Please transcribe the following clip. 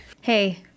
Hey